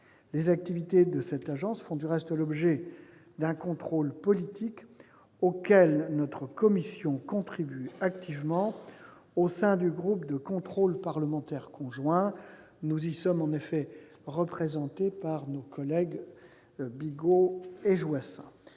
Les activités de cette agence font du reste l'objet d'un contrôle politique, auquel notre commission contribue activement au sein du groupe de contrôle parlementaire conjoint. Nous y sommes en effet représentés par nos collègues Jacques Bigot